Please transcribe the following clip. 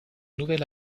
nouvel